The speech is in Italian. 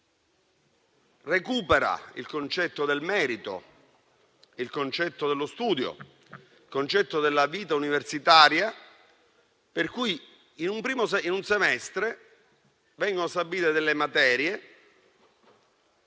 il concetto del merito, dello studio e della vita universitaria. In un primo semestre vengono stabilite alcune materie